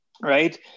Right